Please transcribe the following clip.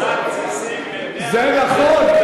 זה נכון.